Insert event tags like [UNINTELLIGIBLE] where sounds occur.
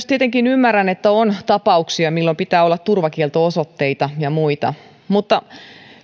[UNINTELLIGIBLE] tietenkin ymmärrän että on tapauksia milloin pitää olla turvakielto osoitteita ja muita mutta